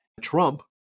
Trump